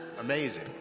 Amazing